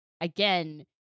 again